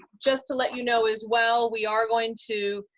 just to let you know as well, we are going to,